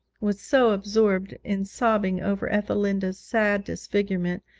was so absorbed in sobbing over ethelinda's sad disfigurement,